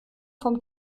vom